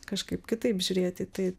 kažkaip kitaip žiūrėt į tai